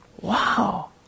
Wow